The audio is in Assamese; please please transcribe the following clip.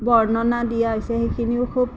বৰ্ণনা দিয়া হৈছে সেইখিনিও খুব